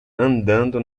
andando